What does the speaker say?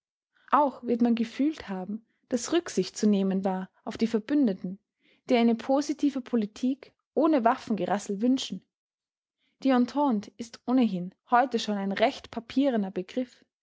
auch wird man gefühlt haben daß rücksicht zu nehmen war auf die verbündeten die eine positive politik ohne waffengerassel wünschen die entente ist ohnehin heute schon ein recht papierener begriff